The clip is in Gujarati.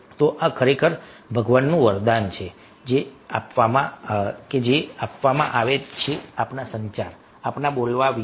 તો આ ખરેખર ભગવાનનું વરદાન છે કે જે આપવામાં આવે તો આપણા સંચાર આપણા બોલવા વિશે